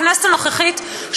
בכנסת הנוכחית,